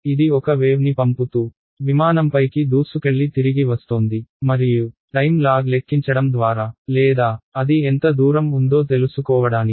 ఇది ఒక వేవ్ని పంపుతూ విమానంపైకి దూసుకెళ్లి తిరిగి వస్తోంది మరియు టైమ్ లాగ్ లెక్కించడం ద్వారా లేదా అది ఎంత దూరం ఉందో తెలుసుకోవడానికి